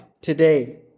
today